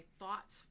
thoughts